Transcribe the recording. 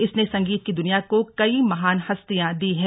इसने संगीत की दुनिया को कई महान हस्तियां दी हैं